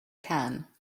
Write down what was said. can